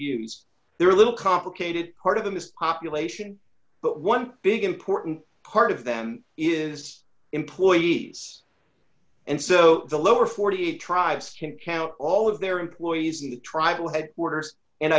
used they're a little complicated part of this population but one big important part of them is employees and so the lower forty eight tribes can count all of their employees in the tribal headquarters and